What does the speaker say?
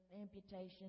amputation